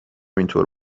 اینطور